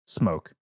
smoke